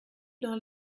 dans